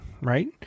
right